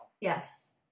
Yes